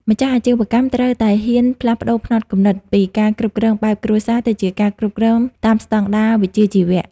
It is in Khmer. ម្ចាស់អាជីវកម្មត្រូវតែហ៊ាន "ផ្លាស់ប្តូរផ្នត់គំនិត" ពីការគ្រប់គ្រងបែបគ្រួសារ ទៅជាការគ្រប់គ្រងតាមស្ដង់ដារវិជ្ជាជីវៈ។